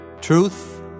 Truth